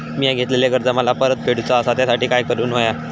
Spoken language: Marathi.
मिया घेतलेले कर्ज मला परत फेडूचा असा त्यासाठी काय काय करून होया?